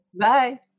Bye